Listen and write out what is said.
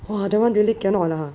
!wah! that one really cannot ah